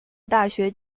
大学